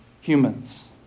humans